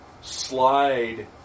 slide